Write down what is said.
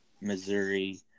Missouri